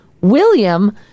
William